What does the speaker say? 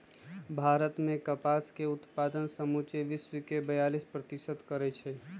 भारत मे कपास के उत्पादन समुचे विश्वके बेयालीस प्रतिशत करै छै